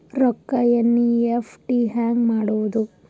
ರೊಕ್ಕ ಎನ್.ಇ.ಎಫ್.ಟಿ ಹ್ಯಾಂಗ್ ಮಾಡುವುದು?